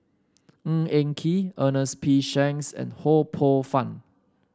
Ng Eng Kee Ernest P Shanks and Ho Poh Fun